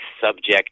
subject